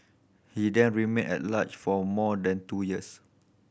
he then remained at large for more than two years